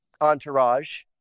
entourage